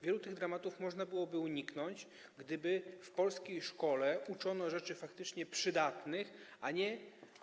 Wielu tych dramatów można byłoby uniknąć, gdyby w polskiej szkole uczono rzeczy faktycznie przydatnych, a nie.